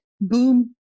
Boom